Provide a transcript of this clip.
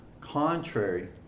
contrary